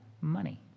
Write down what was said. money